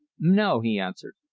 no! he answered.